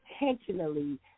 intentionally